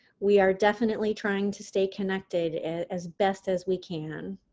we are definitely trying to stay connected as best as we can.